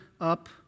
up